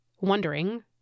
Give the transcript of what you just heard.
wondering